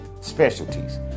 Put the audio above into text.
specialties